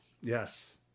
Yes